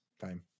time